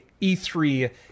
E3